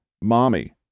Mommy